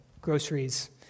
groceries